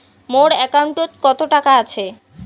মোর একাউন্টত কত টাকা আছে?